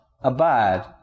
abide